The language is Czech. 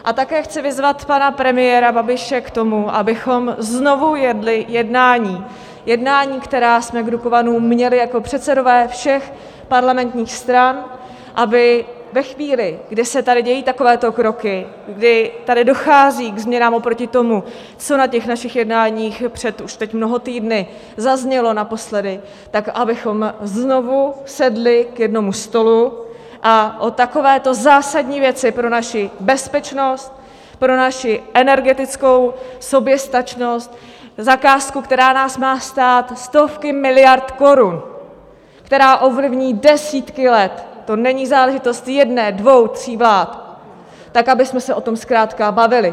A také chci vyzvat pana premiéra Babiše k tomu, abychom znovu vedli jednání jednání, která jsme k Dukovanům měli jako předsedové všech parlamentních stran, aby ve chvíli, kdy se tady dějí takovéto kroky, kdy tady dochází ke změnám oproti tomu, co na těch našich jednáních před mnoha týdny zaznělo naposledy, tak abychom znovu sedli k jednomu stolu a o takovéto zásadní věci pro naši bezpečnost, pro naši energetickou soběstačnost, zakázku, která nás má stát stovky miliard korun, která ovlivní desítky let to není záležitost jedné, dvou, tří vlád tak abychom se o tom zkrátka bavili.